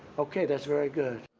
okay, that's very good.